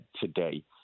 today